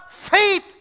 faith